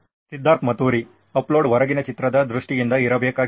ಸಿದ್ಧಾರ್ಥ್ ಮತುರಿ ಅಪ್ಲೋಡ್ ಹೊರಗಿನ ಚಿತ್ರದ ದೃಷ್ಟಿಯಿಂದ ಇರಬೇಕಾಗಿಲ್ಲ